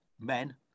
men